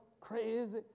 crazy